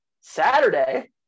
Saturday